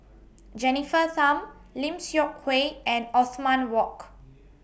Jennifer Tham Lim Seok Hui and Othman Wok